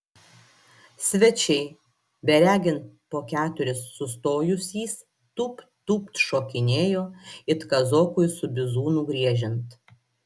svečiai beregint po keturis sustojusys tūpt tūpt šokinėjo it kazokui su bizūnu griežiant